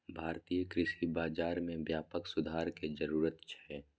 भारतीय कृषि बाजार मे व्यापक सुधार के जरूरत छै